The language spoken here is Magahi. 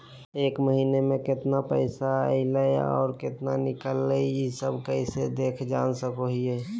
एक महीना में केतना पैसा कहा से अयले है और केतना निकले हैं, ई सब कैसे देख जान सको हियय?